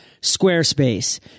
Squarespace